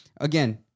again